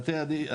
בתי הדין,